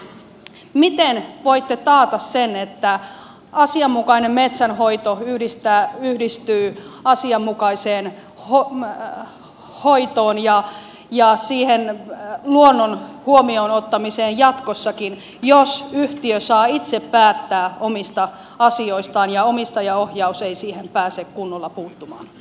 miten voitte taata sen että asianmukainen metsänhoito yhdistyy asianmukaiseen homeen hoitoon ja ja siihen on luonnon huomioonottamiseen jatkossakin jos yhtiö saa itse päättää omista asioistaan ja omistajaohjaus ei siihen pääse kunnolla puuttumaan